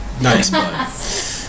nice